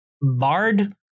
bard